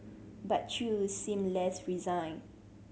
but Chew seemed less resigned